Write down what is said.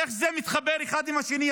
איך זה מתחבר אחד עם השני?